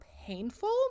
painful